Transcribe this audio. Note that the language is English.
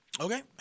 Okay